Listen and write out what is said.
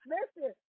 Listen